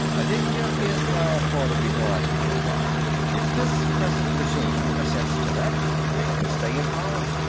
aditya is now a part of the galactic empire. if this present regime assents to that, they can stay in power.